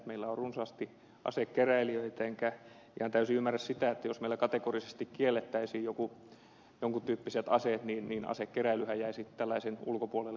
meillä on runsaasti asekeräilijöitä ja jos meillä kategorisesti kiellettäisiin jonkin tyyppiset aseet niin asekeräilyhän jäisi tällaisen ulkopuolelle kokonaan